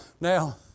Now